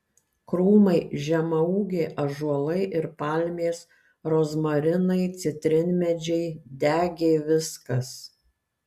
krūmai žemaūgiai ąžuolai ir palmės rozmarinai citrinmedžiai degė viskas